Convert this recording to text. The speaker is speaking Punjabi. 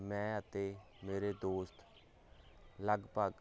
ਮੈਂ ਅਤੇ ਮੇਰੇ ਦੋਸਤ ਲਗਭਗ